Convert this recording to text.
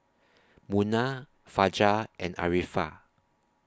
Munah Fajar and Arifa